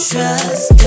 Trust